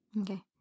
Okay